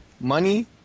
Money